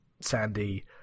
sandy